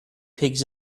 pigs